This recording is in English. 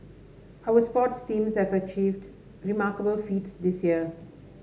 our sports teams have achieved remarkable feats this year